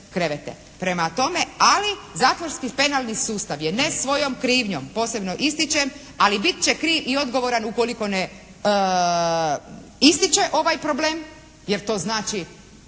Prema tome, ali zatvorski penalni sustav je ne svojom krivnjom posebno ističem ali bit će kriv i odgovoran ukoliko ne ističe ovaj problem jer to znači